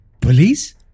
Police